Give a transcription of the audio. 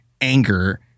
anger